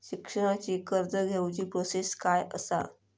शिक्षणाची कर्ज घेऊची प्रोसेस काय असा?